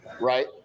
right